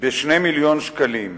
ב-2 מיליוני שקלים.